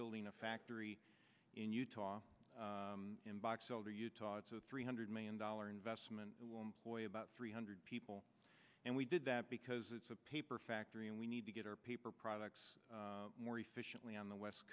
building a factory in utah in box elder utah it's a three hundred million dollar investment that will employ about three hundred people and we did that because it's a paper factory and we need to get our paper products more efficiently on the west